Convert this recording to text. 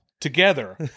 together